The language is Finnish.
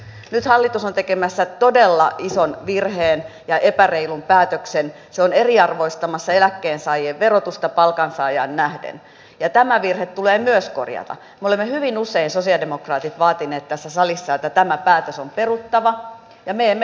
jos hallitus on tekemässä todella ison virheen ja epäreilun päätöksen se on eriarvoistamassa eläkkeensaajien verotusta palkansaajaan nähden ja tämä virhe tulee myös korjata vain hyvin usein sosialidemokraatit vaatineet tässä salissa että tämä päätös on peruttava ja me emme